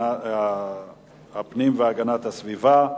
הפנים והגנת הסביבה.